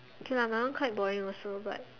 okay lah my one quite boring also but